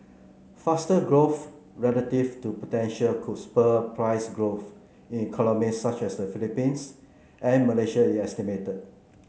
faster growth relative to potential could spur price growth in economies such as the Philippines and Malaysia it estimated